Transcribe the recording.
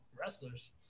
wrestlers